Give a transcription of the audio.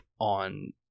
on